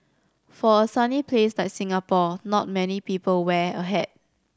for a sunny place like Singapore not many people wear a hat